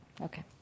Okay